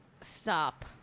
stop